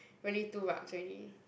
really too rabz ready